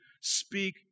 Speak